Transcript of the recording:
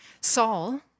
Saul